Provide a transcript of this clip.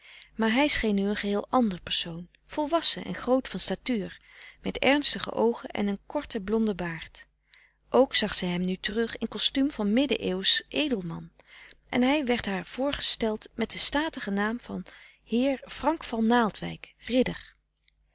maar hij scheen nu een geheel ander persoon volwassen en groot van statuur met ernstige oogen en een korten blonden baard ook zag zij hem nu terug in kostuum van midden eeuwsch edelman en hij werd haar voorgesteld met den statigen naam van heer frank van naaldwijk ridder